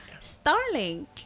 Starlink